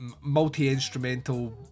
multi-instrumental